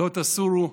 לא תסורו,